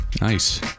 Nice